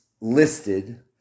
listed